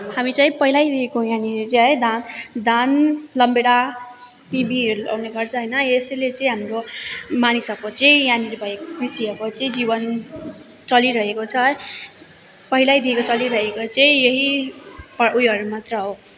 हामी चाहिँ पहिल्यैदेखिको यहाँनिर चाहिँ धान धान रनभेडा सिबीहरू लाउने गर्ने गर्छ होइन यसैले चाहिँ हाम्रो मानिसहरूको चाहिँ यहाँनिर भएको कृषिहरूको चाहिँ जीवन चलिरहेको छ है पहिल्यैदेखिको चलिरहेको चाहिँ यही उयोहरू मात्र हो